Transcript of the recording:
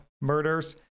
murders